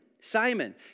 Simon